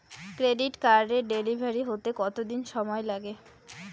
Credit কার্ডের delivery হতে কতদিন সময় লাগে?